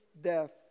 death